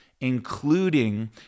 including